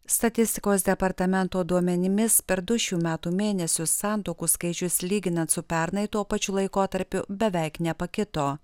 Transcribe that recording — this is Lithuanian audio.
statistikos departamento duomenimis per du šių metų mėnesius santuokų skaičius lyginant su pernai tuo pačiu laikotarpiu beveik nepakito